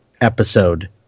episode